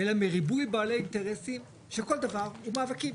אלא מריבוי בעלי אינטרסים של כל דבר, ומאבקים.